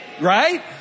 right